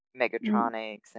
Megatronics